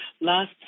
Last